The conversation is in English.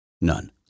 none